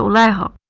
so la